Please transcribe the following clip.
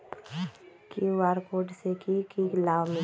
QR code से कि कि लाव मिलेला?